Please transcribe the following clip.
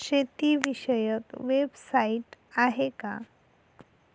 शेतीविषयक वेबसाइट आहे का?